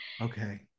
Okay